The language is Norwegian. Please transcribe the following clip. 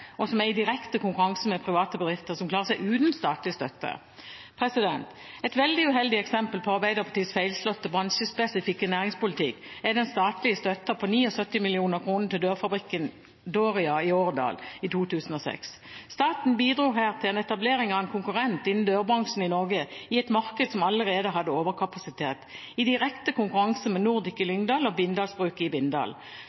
og som er i direkte konkurranse med private bedrifter som klarer seg uten statlig støtte. Et veldig uheldig eksempel på Arbeiderpartiets feilslåtte bransjespesifikke næringspolitikk er den statlige støtten på 79 mill. kr til dørfabrikken Dooria i Årdal i 2006. Staten bidro her til en etablering av en konkurrent innenfor dørbransjen i Norge, i et marked som allerede hadde overkapasitet – i direkte konkurranse med Nordic i Lyngdal og Bindalsbruket i Bindal.